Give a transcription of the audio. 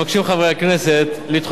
חבר הכנסת אגבאריה, בבקשה,